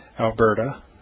Alberta